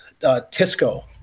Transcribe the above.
Tisco